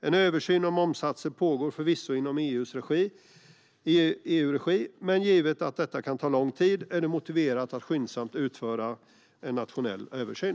En översyn av momssatser pågår förvisso i EU:s regi, men givet att detta kan ta lång tid är det motiverat att skyndsamt göra en nationell översyn.